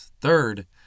Third